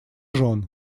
жен